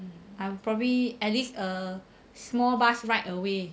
I'm probably at least a small bus ride away